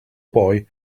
boy